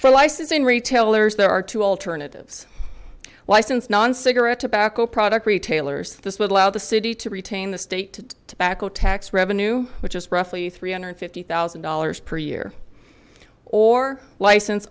licensing retailers there are two alternatives licensed non cigarette tobacco product retailers this would allow the city to retain the state to tobacco tax revenue which is roughly three hundred and fifty thousand dollars per year or license